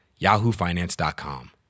yahoofinance.com